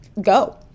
go